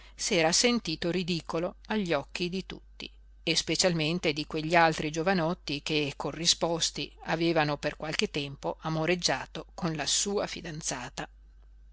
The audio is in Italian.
s'era sentito ridicolo agli occhi di tutti e specialmente di quegli altri giovanotti che corrisposti avevano per qualche tempo amoreggiato con la sua fidanzata